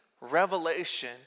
revelation